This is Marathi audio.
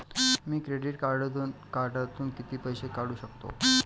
मी क्रेडिट कार्डातून किती पैसे काढू शकतो?